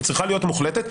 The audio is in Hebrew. היא צריכה להיות מוחלטת.